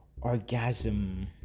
orgasm